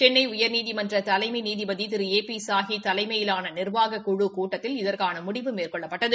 சென்னை உயர்நீதிமன்ற தலைமை நீதிபதி திரு ஏ பி சாஹி தலைமையிலான நியாகக்குழுக் கூட்டத்தில் இதற்கான முடிவு மேற்கொள்ளப்பட்டது